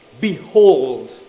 Behold